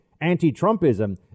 anti-Trumpism